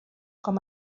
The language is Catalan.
com